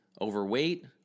overweight